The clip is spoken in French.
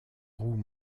roues